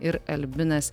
ir albinas